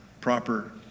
proper